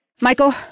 Michael